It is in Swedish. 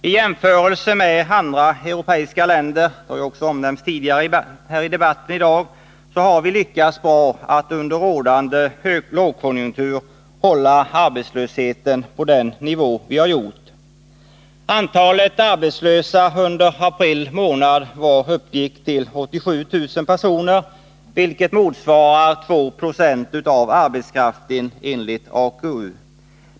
I jämförelse med andra europeiska länder — det har också omnämnts tidigare i debatten i dag — har vi lyckats bra att under rådande lågkonjunktur hålla arbetslösheten på den nivå vi har gjort. Antalet arbetslösa under april månad uppgick till 87 000 personer, vilket motsvarar 2 Jo av arbetskraften.